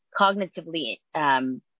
cognitively